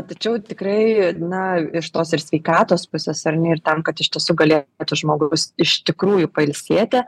tačiau tikrai na iš tos ir sveikatos pusės ar ne ir tam kad iš tiesų galėtų žmogus iš tikrųjų pailsėti